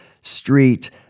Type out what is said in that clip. street